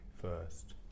first